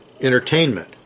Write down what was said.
entertainment